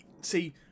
see